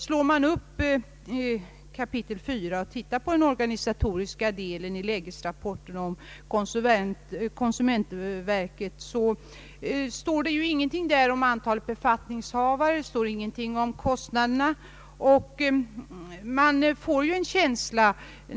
Slår vi upp kapitel 4 i lägesrapporten om konsumentverket och ser på den organisatoriska delen, finner vi att det inte står någonting nämnt om antalet befattningshavare eller om kostnaderna.